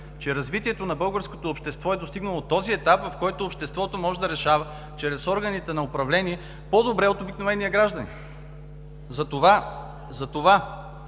че развитието на българското общество е достигнало този етап, в който обществото може да решава чрез органите на управление по-добре от обикновения гражданин. (Реплики от